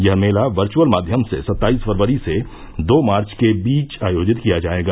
यह मेला वर्चअल माध्यम से सत्ताईस फरवरी से दो मार्च के बीच आयोजित किया जायेगा